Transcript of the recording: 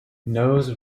nose